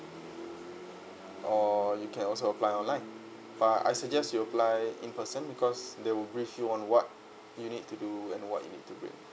or you can also apply online but I suggest you apply in person because they will brief you on what you need to do and what you need to bring